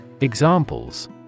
Examples